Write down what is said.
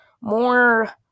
more